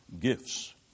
gifts